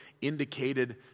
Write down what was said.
indicated